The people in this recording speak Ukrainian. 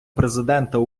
президента